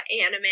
anime